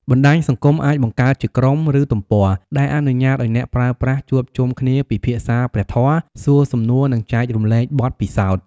បណ្ដាញសង្គមអាចបង្កើតជាក្រុម ឬទំព័រ ដែលអនុញ្ញាតឱ្យអ្នកប្រើប្រាស់ជួបជុំគ្នាពិភាក្សាព្រះធម៌ សួរសំណួរ និងចែករំលែកបទពិសោធន៍។